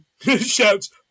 shouts